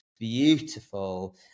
beautiful